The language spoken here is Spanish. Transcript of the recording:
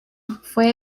fue